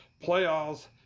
Playoffs